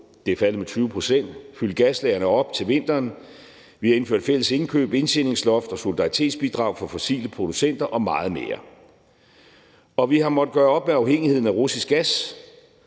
det er faldet med 20 pct., og fylde gaslagrene op til vinteren. Vi har indført fælles indkøb, indtjeningsloft og solidaritetsbidrag på fossile producenter og meget mere. Og vi har måttet gøre op med afhængigheden af russisk gas.